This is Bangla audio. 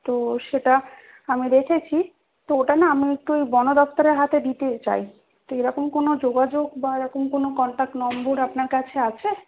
তো সেটা আমি রেখেছি তো ওটা না আমি একটু বন দপ্তরের হাতে দিতে চাই তো এরকম কোনও যোগাযোগ বা এরকম কোনও কনট্যাক্ট নম্বর আপনার কাছে আছে